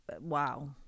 wow